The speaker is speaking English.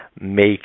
make